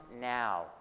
now